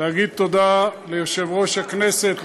להגיד תודה ליושב-ראש הכנסת,